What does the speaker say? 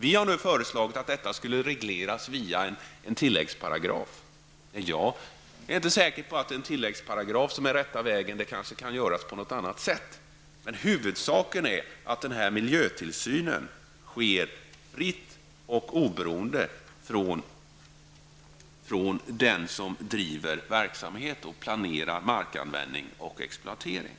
Vi har nu föreslagit att detta skall regleras via en tilläggsparagraf, men jag är inte säker på att det är tilläggsparagraf som är den rätta vägen. Det kanske kan göras på något annat sätt. Huvudsaken är att den här miljötillsynen sker fritt och oberoende från den som driver verksamhet och planerar markanvändning och exploatering.